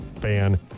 fan